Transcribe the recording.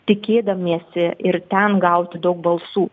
tikėdamiesi ir ten gauti daug balsų